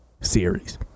series